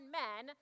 men